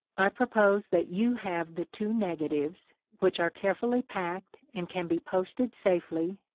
i propose that you have the two nega tives, which are carefully packed and can be posted safely,